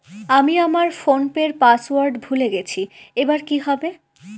আমি আমার ফোনপের পাসওয়ার্ড ভুলে গেছি এবার কি হবে?